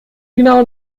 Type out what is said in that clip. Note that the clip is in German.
genauen